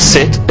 Sit